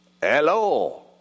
Hello